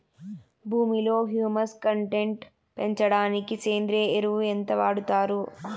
భూమిలో humus content పెంచడానికి సేంద్రియ ఎరువు ఎంత వాడుతారు